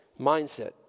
mindset